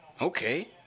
Okay